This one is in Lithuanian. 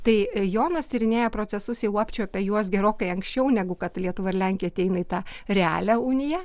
tai jonas tyrinėja procesus jau apčiuopia juos gerokai anksčiau negu kad lietuva ir lenkija ateina į tą realią uniją